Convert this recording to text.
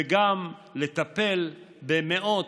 וגם לטפל במאות,